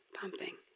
pumping